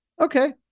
okay